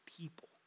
people